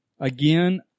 Again